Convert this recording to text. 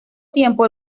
tiempo